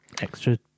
extra